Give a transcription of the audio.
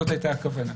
זאת הייתה הכוונה.